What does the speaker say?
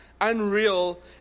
unreal